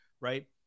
right